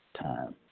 time